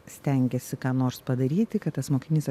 stengiasi ką nors padaryti kad tas mokinys